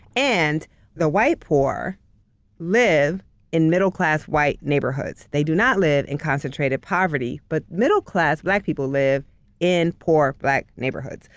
and the white poor live in middle class white neighborhoods, they do not live in concentrated poverty. but middle class black people live in poor black neighborhoods.